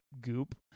goop